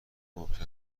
ممکن